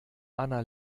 anna